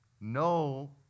No